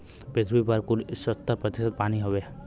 पृथ्वी पर कुल सत्तर प्रतिशत पानी हउवे